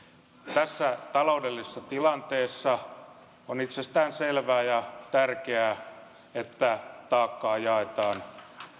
tässä taloudellisessa tilanteessa on itsestään selvää ja tärkeää että taakkaa jaetaan